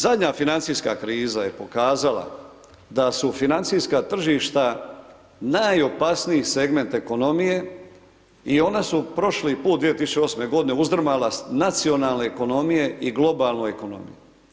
Zadnja financijska kriza je pokazala da su financijska tržišta najopasniji segment ekonomije i ona su prošli put, 2008.g., uzdrmala nacionalne ekonomije i globalnu ekonomiju.